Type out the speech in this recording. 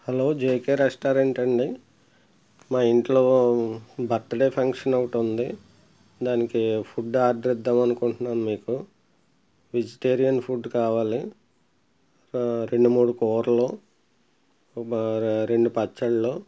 hello JK రెస్టారెంటాండీ మా ఇంట్లో బర్త్ డే ఫంక్షన్ ఒకటుంది దానికి ఫుడ్ ఆర్డర్ ఇద్దామనుకుంట్నాను మీకు వెజిటేరియన్ ఫుడ్ కావాలి రెండు మూడు కూరలు రెండు పచ్చళ్ళు